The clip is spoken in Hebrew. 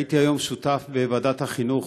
הייתי היום שותף בוועדת החינוך,